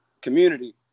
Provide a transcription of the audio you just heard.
community